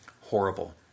Horrible